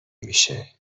میشه